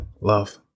Love